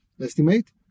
estimate